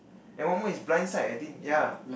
and one more is blinds right I think ya